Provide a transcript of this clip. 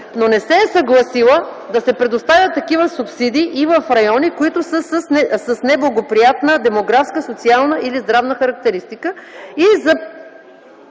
но не се е съгласила да се предоставят такива субсидии и в райони, които са с неблагоприятна демографска, социална или здравна характеристика.